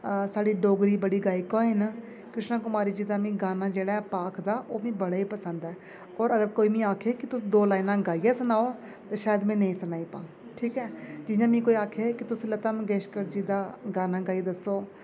अ साढ़ी डोगरी दी बड़ी गायिका होए न कृष्णा कमारी जी दा मिगी गाना जेह्ड़ा भाख दा ओह् मिगी बड़ा गै पसंद ऐ होर अगर मीं आक्खै कि तुस दो लाइनां गाइयै सनाओ ते शायद में नेईं सनाई पांऽ ठीक ऐ जि'यां मिगी कोई आक्खै कि तुस लता मग्गेशकर जी दा गाना गाई दस्सो